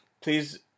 Please